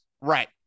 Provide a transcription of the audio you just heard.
Right